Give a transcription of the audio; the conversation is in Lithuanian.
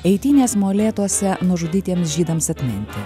eitynės molėtuose nužudytiems žydams atminti